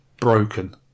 broken